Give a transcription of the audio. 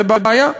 זו בעיה.